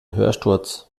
hörsturz